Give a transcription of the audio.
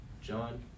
John